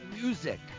music